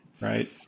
right